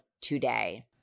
today